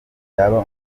yaba